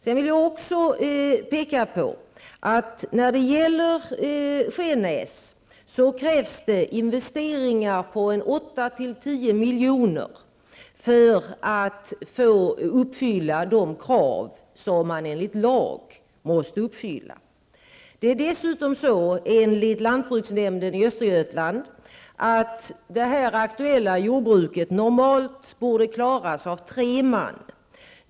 Jag vill också peka på att det på Skenäs krävs investeringar på 8 à 10 milj.kr. för att man skall uppfylla de krav som lagen ställer. Dessutom är det så att det här aktuella jordbruket enligt lantbruksnämnden i Östergötland normalt borde klaras av tre man.